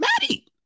Maddie